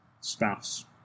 spouse